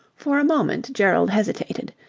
for a moment gerald hesitated.